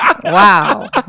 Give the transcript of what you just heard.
wow